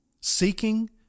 seeking